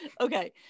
Okay